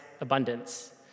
abundance